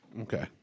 Okay